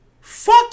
Fuck